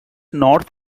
north